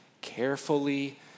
carefully